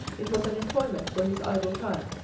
it was an employment for his idle time,